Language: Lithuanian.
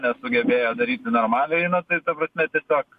nesugebėjo daryti normaliai na tai ta prasme tiesiog